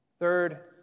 Third